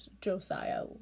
josiah